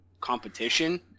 competition